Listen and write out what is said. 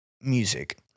music